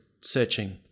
searching